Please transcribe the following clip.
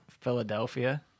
Philadelphia